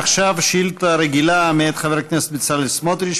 עכשיו שאילתה רגילה מאת חבר הכנסת בצלאל סמוטריץ,